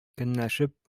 көнләшеп